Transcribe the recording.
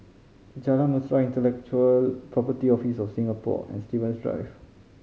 Jalan Mesra Intellectual Property Office of Singapore and Stevens Drive